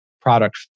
product